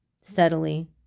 steadily